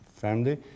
family